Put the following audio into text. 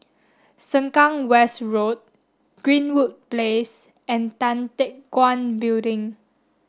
Sengkang West Road Greenwood Place and Tan Teck Guan Building